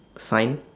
sign